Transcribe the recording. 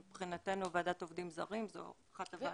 מבחינתנו, ועדת עובדים זרים, זו אחת הוועדות.